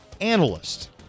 analyst